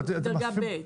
דרגה ב'.